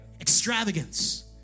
extravagance